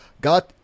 got